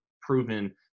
proven